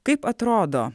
kaip atrodo